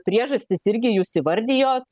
priežastis irgi jūs įvardijot